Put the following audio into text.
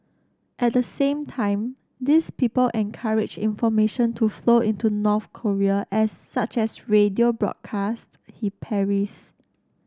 at the same time these people encourage information to flow into North Korea as such as radio broadcasts he parries